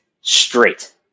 straight